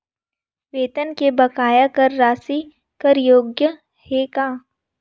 वेतन के बकाया कर राशि कर योग्य हे का?